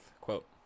Quote